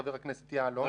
חבר הכנסת יעלון.